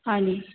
হয়নি